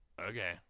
Okay